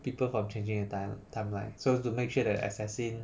people from changing the time timeline so to make sure the assassin